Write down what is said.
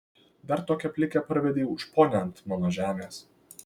dar tokią plikę parvedei už ponią ant mano žemės